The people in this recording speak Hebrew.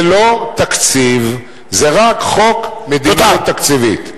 זה לא תקציב, זה רק חוק מדיניות תקציבית.